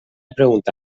pregunta